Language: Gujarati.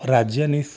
રાજ્યની સ